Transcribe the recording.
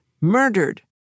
murdered